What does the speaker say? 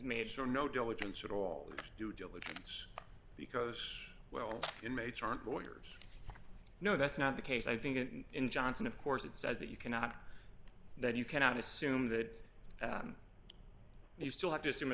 made sure no diligence at all due diligence because well inmates aren't boarders no that's not the case i think in johnson of course it says that you cannot that you cannot assume that you still have to assume